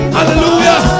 Hallelujah